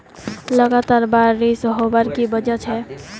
लगातार बारिश होबार की वजह छे?